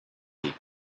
and